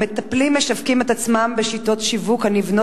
המטפלים משווקים את עצמם בשיטות שיווק הנבנות